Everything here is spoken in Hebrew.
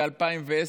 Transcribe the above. ב-2010,